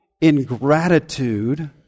ingratitude